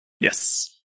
Yes